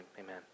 amen